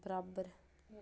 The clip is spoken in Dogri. बराबर